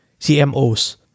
CMOs